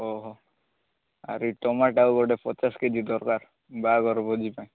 ଓହୋ ଆରେ ଟମାଟୋ ଆଉ ଗୋଟେ ପଚାଶ କେ ଜି ଦରକାର ବାହାଘର ଭୋଜି ପାଇଁ